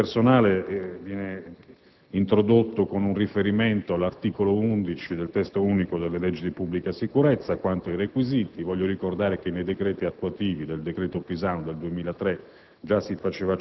personale introdotto con riferimento all'articolo 11 del Testo unico delle leggi di pubblica sicurezza. Quanto ai requisiti, ricordo che nei decreti attuativi del decreto Pisanu del 2003